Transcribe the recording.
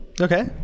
Okay